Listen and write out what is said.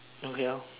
okay lor